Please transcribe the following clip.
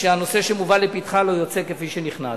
ושהנושא שמובא לפתחה לא יוצא כפי שנכנס.